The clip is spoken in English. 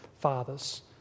fathers